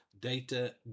data